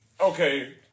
okay